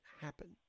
happen